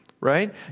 right